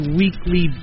weekly